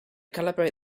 calibrate